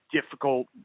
difficult